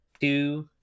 two